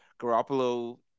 Garoppolo